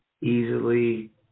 easily